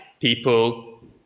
people